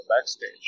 backstage